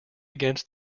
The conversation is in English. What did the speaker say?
against